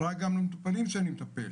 רע גם למטופלים שאני מטפל.